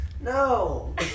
No